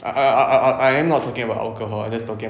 I I I I I I not talking about alchohol I just talking